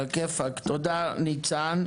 עלא כיפק, תודה ניצן.